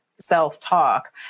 self-talk